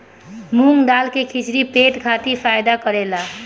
मूंग दाल के खिचड़ी पेट खातिर फायदा करेला